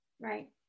Right